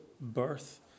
birth